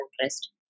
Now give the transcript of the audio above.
interest